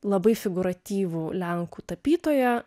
labai figūratyvų lenkų tapytoją